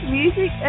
music